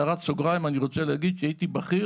בהערת סוגריים אני רוצה להגיד שהייתי בכיר